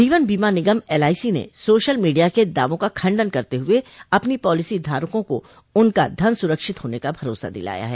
जीवन बीमा निगम एलआईसी ने सोशल मीडिया के दावों का खंडन करते हुए अपने पॉलिसी धारकों को उनका धन सुरक्षित होने का भरोसा दिलाया है